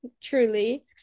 Truly